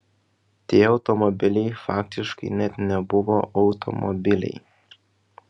tie automobiliai faktiškai net nebuvo automobiliai